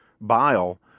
bile